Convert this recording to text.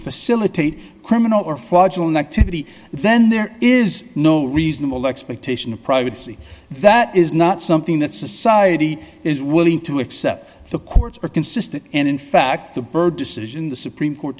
facilitate criminal or fraudulent activity then there is no reasonable expectation of privacy that is not something that society is willing to accept the courts are consistent and in fact the bird decision the supreme court